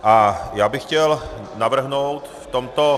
A já bych chtěl navrhnout v tomto